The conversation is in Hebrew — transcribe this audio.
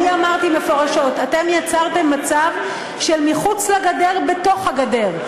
אני אמרתי מפורשות: אתם יצרתם מצב של מחוץ לגדר בתוך הגדר,